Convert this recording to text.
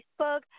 Facebook